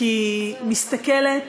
כי היא מסתכלת